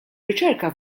riċerka